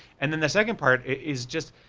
and then the second part, is just,